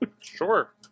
Sure